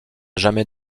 jamais